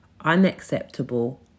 unacceptable